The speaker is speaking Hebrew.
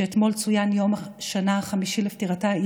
שאתמול צוין יום השנה החמישי לפטירתה,